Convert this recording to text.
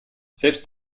selbst